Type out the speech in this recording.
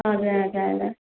हजुर हजुर हजुर